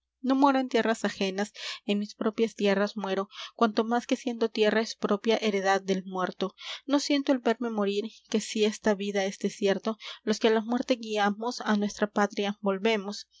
no muero en tierras ajenas en mis propias tierras muero cuanto más que siendo tierra es propia heredad del muerto no siento el verme morir que si esta vida es destierro los que á la muerte guiamos á nuestra patria volvemos